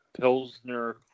Pilsner